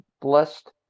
blessed